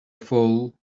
fool